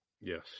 Yes